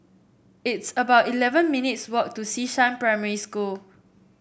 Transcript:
it's about eleven minutes' walk to Xishan Primary School